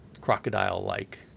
crocodile-like